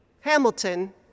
Hamilton